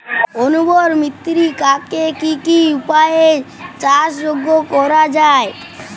অনুর্বর মৃত্তিকাকে কি কি উপায়ে চাষযোগ্য করা যায়?